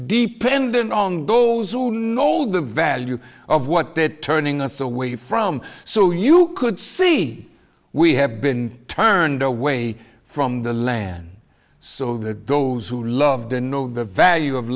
dependent on those who know the value of what that turning us away from so you could see we have been turned away from the land so that those who love the know the value of